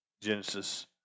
Genesis